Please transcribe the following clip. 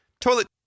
Toilet